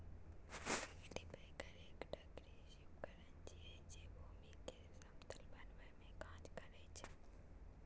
cultipacker एकटा कृषि उपकरण छियै, जे भूमि कें समतल बनबै के काज करै छै